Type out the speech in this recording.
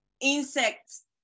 insects